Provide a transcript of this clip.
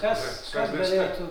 kas kas galėtų